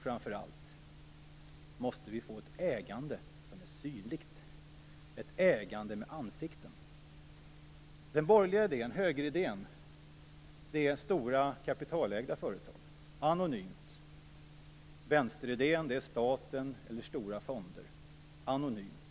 Framför allt måste vi få ett ägande som är synligt, ett ägande med ansikten. Den borgerliga idén, högeridén, är stora, kapitalägda företag, dvs. ett anonymt ägande. Vänsteridén är att staten eller stora fonder står som ägare, vilket också är anonymt.